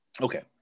okay